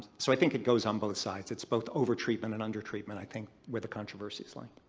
so i think it goes on both sides. it's both over-treatment and under-treatment i think where the controversy's lying.